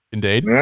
Indeed